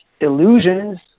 illusions